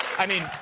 i mean,